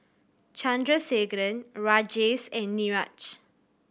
Chandrasekaran Rajesh and Niraj